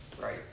right